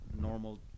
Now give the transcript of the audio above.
normal